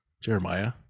Jeremiah